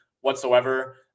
whatsoever